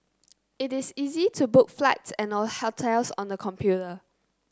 it is easy to book flights and a hotels on the computer